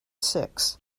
six